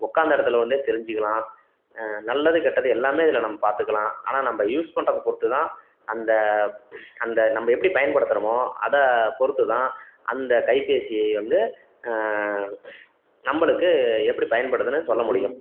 உக்காந்து இடத்துல வந்து தெரிஞ்சுக்கலாம் நல்லது கெட்டது எல்லாம் இதில் நம்ம பார்த்துக்கலாம் ஆனால் நம்ம யூஸ் பண்ணுறத பொறுத்து தான் அந்த அந்த நம்ம எப்படி பயன்படுத்துகிறமோ அதை பொறுத்து தான் அந்த கைபேசியை வந்து நம்மளுக்கு எப்படி பயன்படுதுன்னு சொல்ல முடியும்